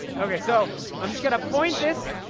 okay, so i'm just going to point this